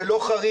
זה לא חריג.